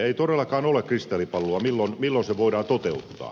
ei todellakaan ole kristallipalloa milloin se voidaan toteuttaa